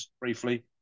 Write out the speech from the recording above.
briefly